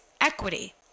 equity